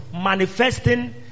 manifesting